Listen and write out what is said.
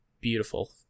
beautiful